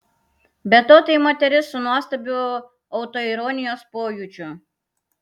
be to tai moteris su nuostabiu autoironijos pojūčiu